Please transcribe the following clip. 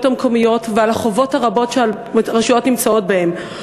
המקומיות ועל החובות הרבים שהרשויות נמצאות בהם.